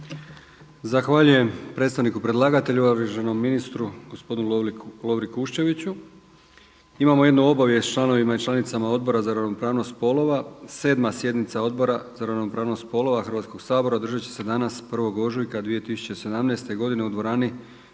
Zahvaljujem predstavniku predlagatelja, uvaženom ministru gospodinu Lovri Kuščeviću. Imamo jednu obavijest članovima i članicama Odbora za ravnopravnost spolova. 7. sjednica Odbora za ravnopravnost spolova Hrvatskoga sabora održat će se danas 1. ožujka 2017. godine u dvorani